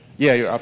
yeah, you're um